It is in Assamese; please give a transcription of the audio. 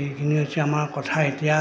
এইখিনি হৈছে আমাৰ কথা এতিয়া